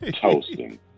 Toasting